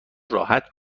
راحت